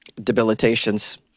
debilitations